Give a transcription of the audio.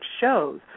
shows